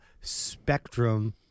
spectrum